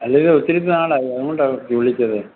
അല്ലെങ്കിലും ഒത്തിരി നാളായി അതുകൊണ്ടാണ് വി വിളിച്ചതേ